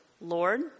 Lord